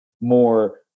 more